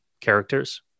characters